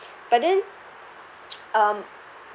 but then um